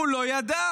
הוא לא ידע,